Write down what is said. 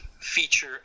feature